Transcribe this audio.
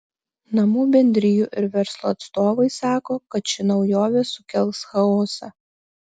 namų bendrijų ir verslo atstovai sako kad ši naujovė sukels chaosą